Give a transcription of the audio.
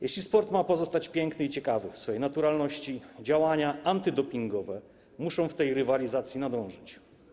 Jeśli sport ma pozostać piękny i ciekawy w swojej naturalności, działania antydopingowe muszą w tej rywalizacji nadążyć.